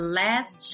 last